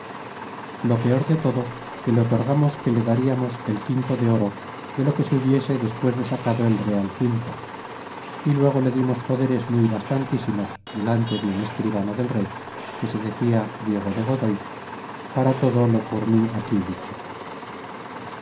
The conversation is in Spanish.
lo peor de todo quele otorgamos que le dariamos el quinto del oro de lo que se hubiese despues de sacado el real quinto y luego le dimos poderes nrdy bastantísimos delante de un escribano del rey que se decia diego de godoy para todo lo por mi aquí dicho